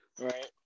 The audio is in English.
right